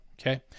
okay